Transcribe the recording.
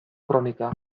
kronika